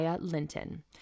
Linton